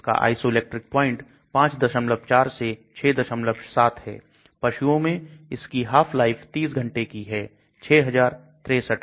इसका isoelectric point 54 से 67 है पशुओं में इसकी half life 30 घंटे की है 6063